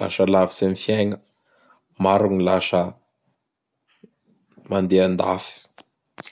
lasa lavitsy am fiaigna. Maro gny lasa mandeha an-dafy.